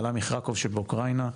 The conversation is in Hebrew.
עלה מחרקוב שבאוקראינה,